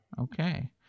Okay